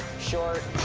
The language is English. short.